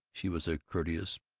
she was a courteous,